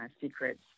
secrets